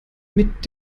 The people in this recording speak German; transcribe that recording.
mit